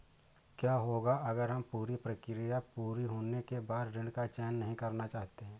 क्या होगा अगर हम पूरी प्रक्रिया पूरी होने के बाद ऋण का चयन नहीं करना चाहते हैं?